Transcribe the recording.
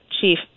chief